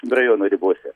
rajono ribose